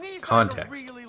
context